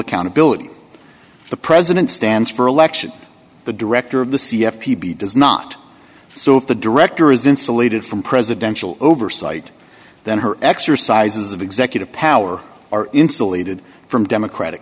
accountability the president stands for election the director of the c f p b does not so if the director is insulated from presidential oversight then her exercises of executive power are insulated from democratic